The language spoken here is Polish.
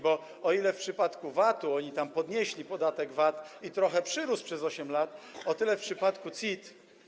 Bo o ile w przypadku VAT-u oni podnieśli podatek VAT i trochę przyrósł przez 8 lat, o tyle w przypadku CIT.